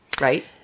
right